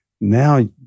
Now